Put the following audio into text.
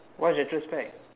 what is retrospect